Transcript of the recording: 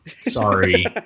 sorry